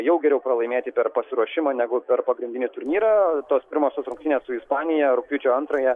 jau geriau pralaimėti per pasiruošimą negu per pagrindinį turnyrą tos pirmosios rungtynės su ispanija rugpjūčio antrąją